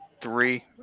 Three